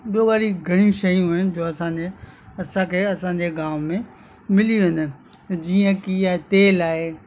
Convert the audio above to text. ॿियों वरी घणी शयूं आहिनि जो असांजे असांखे असांजे गांव में मिली वेंदा आहिनि जीअं कि ऐं तेलु आहे